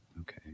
Okay